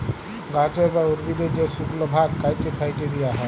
গাহাচের বা উদ্ভিদের যে শুকল ভাগ ক্যাইটে ফ্যাইটে দিঁয়া হ্যয়